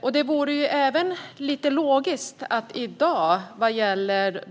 Vad gäller